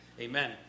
Amen